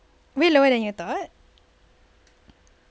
way lower than you thought